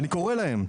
״אני קורא להם,